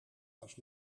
was